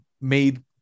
made